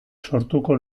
sortuko